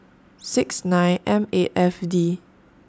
six nine M eigh F D